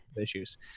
issues